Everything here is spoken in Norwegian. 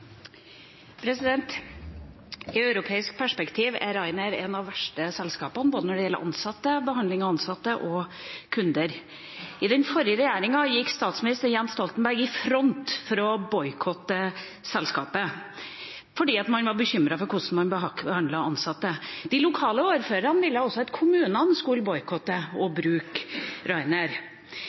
av de verste selskapene både når det gjelder behandling av ansatte og behandling av kunder. I den forrige regjeringa gikk statsminister Jens Stoltenberg i front for å boikotte selskapet fordi man var bekymret for hvordan man behandlet ansatte. De lokale ordførerne ville også at kommunene skulle boikotte